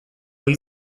ohi